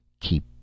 Keep